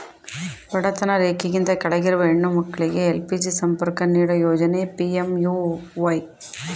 ಬಡತನ ರೇಖೆಗಿಂತ ಕೆಳಗಿರುವ ಹೆಣ್ಣು ಮಕ್ಳಿಗೆ ಎಲ್.ಪಿ.ಜಿ ಸಂಪರ್ಕ ನೀಡೋ ಯೋಜನೆ ಪಿ.ಎಂ.ಯು.ವೈ